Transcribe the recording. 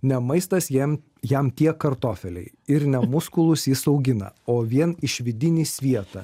ne maistas jiem jam tiek kartofeliai ir ne muskulus jis augina o vien išvidinį svietą